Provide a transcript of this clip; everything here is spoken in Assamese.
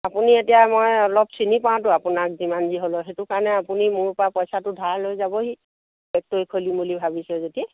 আপুনি এতিয়া মই অলপ চিনি পাওঁটো আপোনাক যিমানযি হ'লেও সেইটো কাৰণে আপুনি মোৰ পৰা পইচাটো ধাৰ লৈ যাবহি ফ্ৰেক্টৰী খুলিম বুলি ভাবিছোঁ যেতিয়া